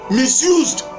misused